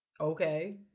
okay